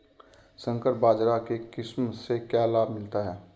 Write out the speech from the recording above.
संकर बाजरा की किस्म से क्या लाभ मिलता है?